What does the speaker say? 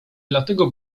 dlatego